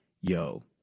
yo